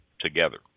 together